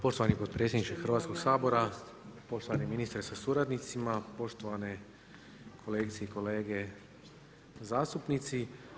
Poštovani potpredsjedniče Hrvatskog sabora, poštovani ministre sa suradnicima, poštovane kolegice i kolege zastupnici.